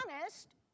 honest